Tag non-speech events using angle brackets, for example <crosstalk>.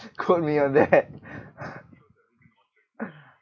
quote me on that <laughs>